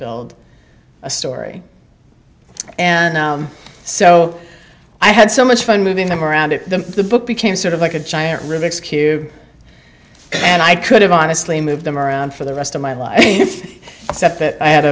build a story and so i had so much fun moving them around to the book became sort of like a giant rejects cue and i could have honestly moved them around for the rest of my life except that i had